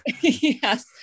Yes